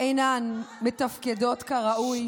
אינן מתפקדות כראוי,